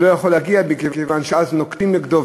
הוא לא יכול להגיע מכיוון שמייד נוקטים נגדו,